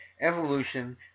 evolution